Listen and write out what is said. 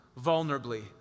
vulnerably